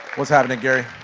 what's happening, gary.